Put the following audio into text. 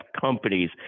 companies